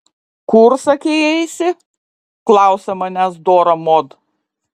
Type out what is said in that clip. kur sakei eisi klausia manęs dora mod